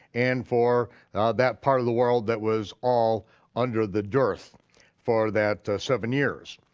and for that part of the world that was all under the dearth for that seven years.